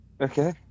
Okay